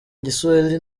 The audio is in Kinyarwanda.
giswahili